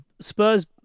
Spurs